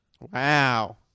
Wow